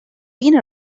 been